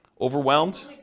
Overwhelmed